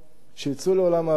שיצאו לעולם העבודה,